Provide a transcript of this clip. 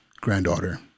Granddaughter